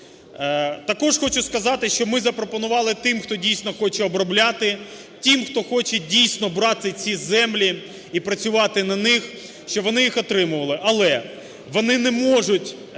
Також хочу сказати, що ми запропонували тим, хто, дійсно, хоче обробляти, тим, хто хоче, дійсно, брати ці землі і працювати на них, щоб вони їх отримували. Але вони не можуть